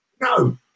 no